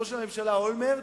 ראש הממשלה אולמרט